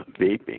vaping